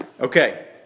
Okay